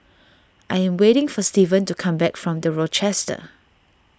I am waiting for Steven to come back from the Rochester